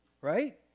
right